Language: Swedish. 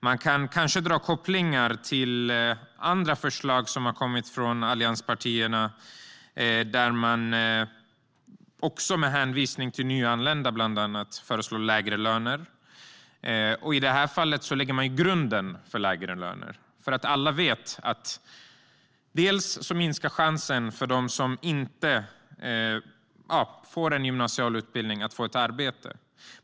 Man kan kanske göra kopplingar till andra förslag som har kommit från allianspartierna. Med hänvisning till nyanlända, bland annat, föreslår de lägre löner. I det här fallet lägger man grunden för lägre löner. Alla vet att för dem som inte får en gymnasial utbildning minskar chansen att få ett arbete.